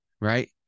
right